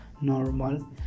Normal